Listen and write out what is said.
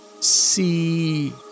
see